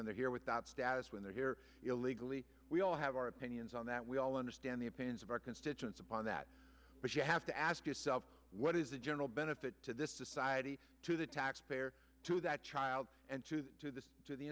when they're here without status when they're here illegally we all have our opinions on that we all understand the opinions of our constituents upon that but you have to ask yourself what is the general benefit to this society to the taxpayer to that child and to the to the to the